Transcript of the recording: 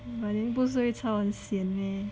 but then 不是会超很 sian meh